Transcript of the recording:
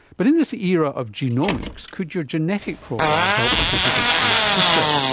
but in this era of genomics, could your genetic profile help to predict your future?